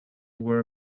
were